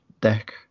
deck